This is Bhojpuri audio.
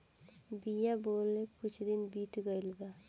बिया बोवले कुछ दिन बीत गइल बा